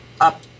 up